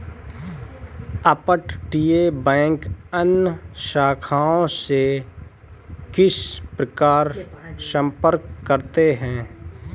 अपतटीय बैंक अन्य शाखाओं से किस प्रकार संपर्क करते हैं?